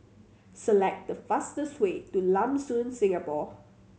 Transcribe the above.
select the fastest way to Lam Soon Singapore